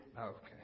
Okay